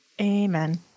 Amen